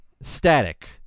static